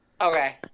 Okay